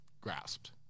grasped